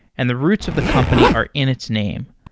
and the roots of the company are in its name.